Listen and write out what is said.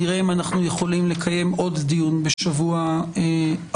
נראה אם אנחנו יכולים לקיים עוד דיון בשבוע הבא,